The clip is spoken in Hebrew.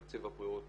תקציב הבריאות